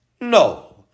No